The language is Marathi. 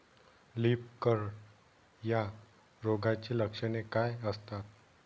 लीफ कर्ल या रोगाची लक्षणे काय असतात?